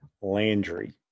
Landry